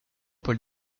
paul